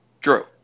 Drew